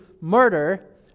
murder